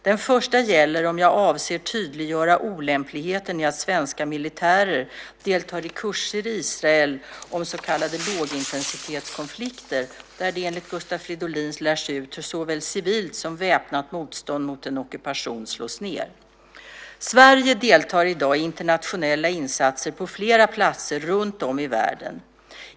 Den första gäller om jag avser att tydliggöra olämpligheten i att svenska militärer deltar i kurser i Israel om så kallade lågintensitetskonflikter där det enligt Gustav Fridolin lärs ut hur såväl civilt som väpnat motstånd mot en ockupation slås ned. Sverige deltar i dag i internationella insatser på flera platser runtom i världen.